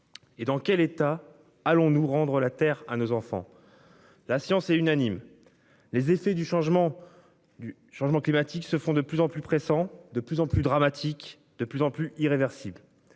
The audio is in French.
Et dans quel état. Allons nous rendre la Terre à nos enfants. La science est unanime, les effets du changement du changement climatique se font de plus en plus pressants de plus en plus dramatique. De plus en plus irréversible.